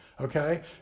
okay